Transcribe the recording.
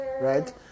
right